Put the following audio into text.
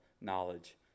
knowledge